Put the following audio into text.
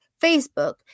facebook